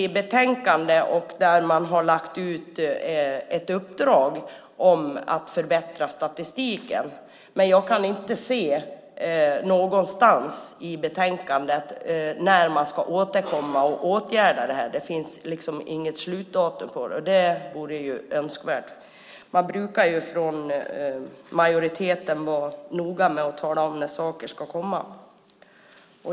Man har lagt ut ett uppdrag om att förbättra statistiken, men jag kan inte se någonstans i betänkandet när man ska återkomma med åtgärder. Det finns inget slutdatum, och det vore önskvärt. Man brukar ju från majoriteten vara noggrann med att tala om när saker ska komma.